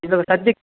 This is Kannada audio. ಇದು ಸದ್ಯಕ್ಕೆ